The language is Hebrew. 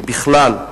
ובכלל,